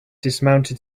dismounted